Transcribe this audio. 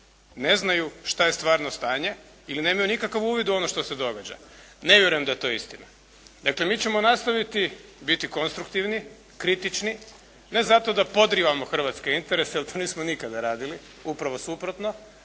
ne znaju što je stvarno stanje ili nemaju nikakav uvid u ono što se događa. Ne vjerujem da je to istina. Dakle, mi ćemo nastaviti biti konstruktivni, kritični, ne zato da podrivamo hrvatske interese jer to nismo nikada radili, upravo suprotno,